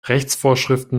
rechtsvorschriften